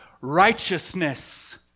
righteousness